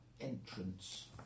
entrance